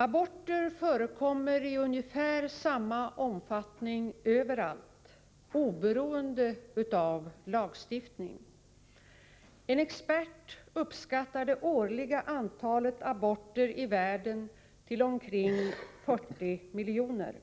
Aborter förekommer i ungefär samma omfattning överallt, oberoende av lagstiftning. En expert uppskattar det årliga antalet aborter i världen till omkring 40 miljoner,